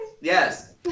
yes